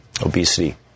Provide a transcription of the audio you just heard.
obesity